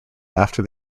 after